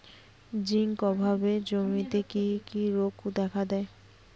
Zinc অভাবে জমিতে কি কি রোগ দেখাদেয়?